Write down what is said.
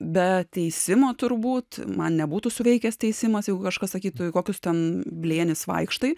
be teisimo turbūt man nebūtų suveikęs teisimas jeigu kažkas sakytų į kokius ten blėnis vaikštai